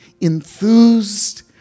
enthused